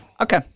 Okay